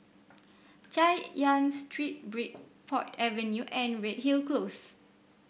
Chay Yan Street Bridport Avenue and Redhill Close